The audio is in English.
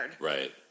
Right